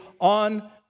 on